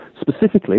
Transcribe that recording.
specifically